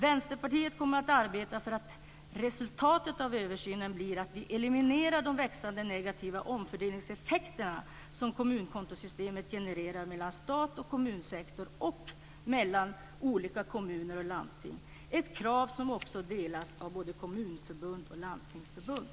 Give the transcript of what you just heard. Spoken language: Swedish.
Vänsterpartiet kommer att arbeta för att resultatet av översynen blir att vi eliminerar de växande negativa omfördelningseffekter som kommunkontosystemet genererar mellan stats och kommunsektor och mellan olika kommuner och landsting. Det är ett krav som också delas av både kommunförbund och landstingsförbund.